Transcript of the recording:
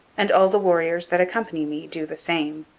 and all the warriors that accompany me do the same.